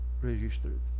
Registered